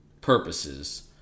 purposes